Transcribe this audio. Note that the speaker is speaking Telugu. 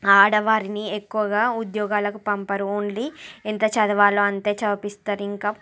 ఆడవారిని ఎక్కువగా ఉద్యోగాలకు పంపరు ఓన్లీ ఎంత చదువాలో అంతే చదివిపిస్తారు ఇంకా